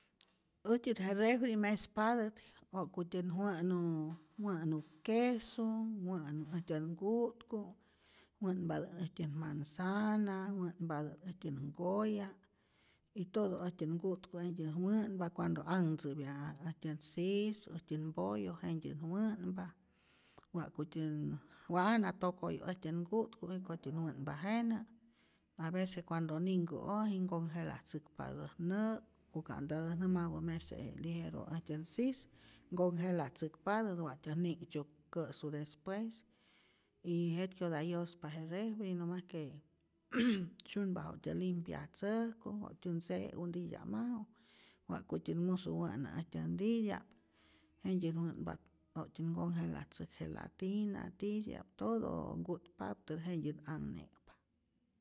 Äjtyät je refri mespatät wa'kutyän wa'nu wä'nu quesu, wä'nu äjtyän nku'tku, wa'npatät äjtyän manzana, wä'npatät äjtyän nkoya', y todo äjtyän nku'tku jejtyän wä'npa cuando anhtzä'pya äjtyän sis, äjtyän mpollo, jejtyän wä'npa wa'kutyän wa jana tokoyu äjtyän nku'tku, jikotyän wä'npa jenä, avece cuando ninhkä'oji ncongelatzäkpatät nä', o ka'ntatä nä mapä mejse lijero äjtyän sis ncongelatzäkpatät wa'ktyä ni'nhtzyok kä'su despues, y jetkyota yospa je refri, nomas que syunpa wa'ktyä limpiajtzäjku, wa'ktyä ntze'u ntitya'maju, wa'kutyät musu wä'nä äjtyä ntitya'p, jentyät wä'npa wa'ktyä nconjelatzäjk gelatina titya'p, todo nku'tpaptä jentyät anhne'kpa.